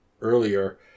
earlier